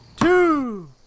two